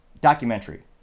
documentary